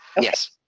Yes